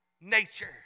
nature